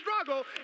struggle